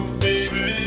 baby